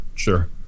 Sure